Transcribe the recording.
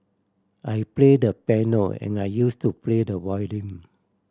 I play the piano and I use to play the violin